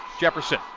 Jefferson